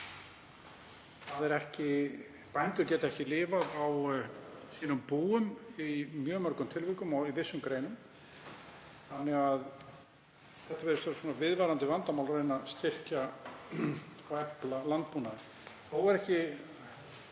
bændur geta ekki lifað á búum sínum í mjög mörgum tilvikum og í vissum greinum þannig að þetta virðist vera viðvarandi vandamál að reyna að styrkja og efla landbúnaðinn. Þó er ekki